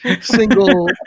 single